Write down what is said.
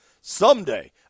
someday